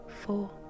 four